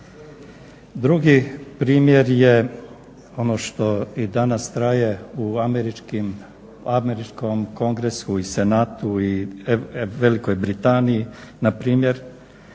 Drugi primjer je ono što i danas traje u američkom Kongresu i Senatu i Velikoj Britaniji npr.